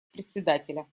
председателя